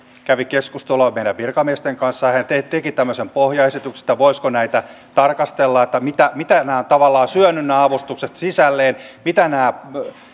kävi keskustelua meidän virkamiestemme kanssa he tekivät tämmöisen pohjaesityksen voisiko näitä tarkastella mitä nämä avustukset ovat tavallaan syöneet sisälleen mitä nämä